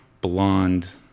blonde